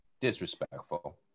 Disrespectful